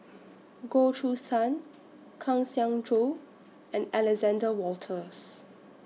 Goh Choo San Kang Siong Joo and Alexander Wolters